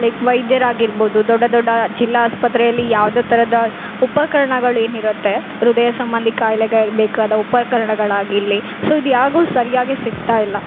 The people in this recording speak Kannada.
ಲೈಕ್ ವೈದ್ಯರಾಗಿರ್ಬೌದು ದೊಡ್ಡ ದೊಡ್ಡ ಜಿಲ್ಲಾ ಆಸ್ಪತ್ರೆಯಲ್ಲಿ ಯಾವ್ದೇ ಥರದ ಉಪಕರಣಗಳೇನಿರುತ್ತೆ ಹೃದಯ ಸಂಬಂಧಿ ಕಾಯಿಲೆಗೆ ಬೇಕಾದ ಉಪಕರಣಗಳಾಗಿರಲಿ ಸೋ ಇದು ಯಾಗು ಸರಿಯಾಗಿ ಸಿಕ್ತಾಯಿಲ್ಲ